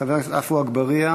חבר הכנסת עפו אגבאריה,